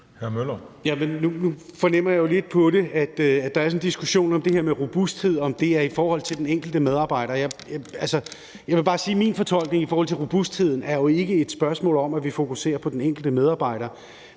Nu fornemmer jeg jo lidt på det, at diskussionen om det her med robustheden sådan er i forhold til den enkelte medarbejder, og jeg vil bare sige, at min fortolkning i forhold til robustheden jo ikke er, at det er et spørgsmål om, at vi fokuserer på den enkelte medarbejder,